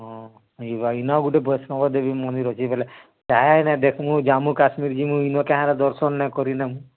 ହଁ ଯିବା ଇନ ଗୁଟେ ବୈଷ୍ଣବ ଦେବୀ ମନ୍ଦିର୍ ଅଛେ ବେଲେ ଦେଖ୍ମୁ ଜାମ୍ମୁ କାଶ୍ମୀର୍ ଯିମୁ ଇନ କାଏଁ ହେଲା ଯେ ଦର୍ଶନ୍ ନାଇ କରିନେମୁ